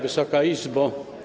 Wysoka Izbo!